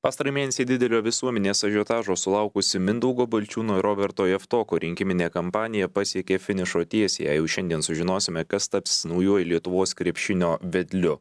pastarąjį mėnesį didelio visuomenės ažiotažo sulaukusi mindaugo balčiūno ir roberto javtoko rinkiminė kampanija pasiekė finišo tiesiąją jau šiandien sužinosime kas taps naujuoju lietuvos krepšinio vedliu